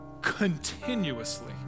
continuously